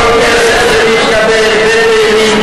כל כסף שמתקבל,